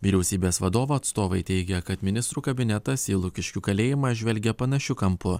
vyriausybės vadovo atstovai teigia kad ministrų kabinetas į lukiškių kalėjimą žvelgia panašiu kampu